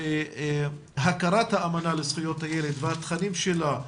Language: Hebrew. להכרת האמנה לזכויות הילד והתכנים שלה,